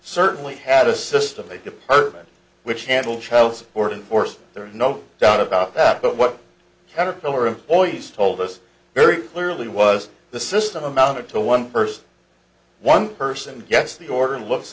certainly had a system a department which handle child support enforcement there is no doubt about that but what caterpillar employees told us very clearly was the system amounted to one person one person gets the order and looks